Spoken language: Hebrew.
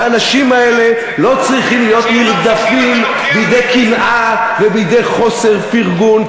והאנשים האלה לא צריכים להיות נרדפים בידי קנאה ובידי חוסר פרגון,